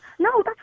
No